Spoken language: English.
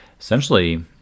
essentially